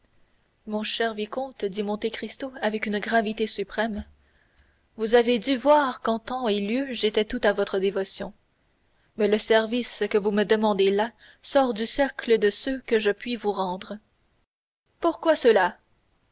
mon cher vicomte dit monte cristo avec une gravité suprême vous avez dû voir qu'en temps et lieu j'étais tout à votre dévotion mais le service que vous me demanderez là sort du cercle de ceux que je puis vous rendre pourquoi cela